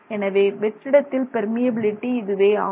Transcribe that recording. எனவே வெற்றிடத்தில் பெர்மியபிலிட்டி இதுவே ஆகும்